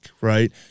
right